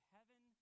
Heaven